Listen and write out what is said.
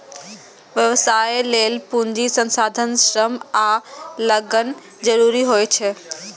व्यवसाय लेल पूंजी, संसाधन, श्रम आ लगन जरूरी होइ छै